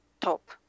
top